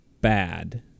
bad